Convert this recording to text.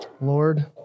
Lord